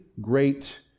great